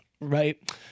right